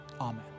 amen